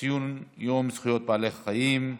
ציון יום זכויות בעלי החיים,